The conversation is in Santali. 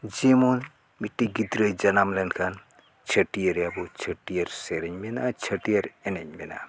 ᱡᱮᱢᱚᱱ ᱢᱤᱫᱴᱮᱱ ᱜᱤᱫᱽᱨᱟᱹᱭ ᱡᱟᱱᱟᱢ ᱞᱮᱱᱠᱷᱟᱱ ᱪᱷᱟᱹᱴᱭᱟᱹᱨᱮᱭᱟᱵᱚ ᱪᱷᱟᱹᱴᱭᱟᱹᱨ ᱥᱮᱨᱮᱧ ᱢᱮᱱᱟᱜᱼᱟ ᱪᱷᱟᱹᱴᱭᱟᱹᱨ ᱮᱱᱮᱡ ᱢᱮᱱᱟᱜᱼᱟ